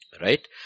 right